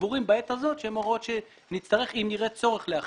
סבורים בעת הזאת שהן הוראות שנצטרך אם נראה צורך להחיל.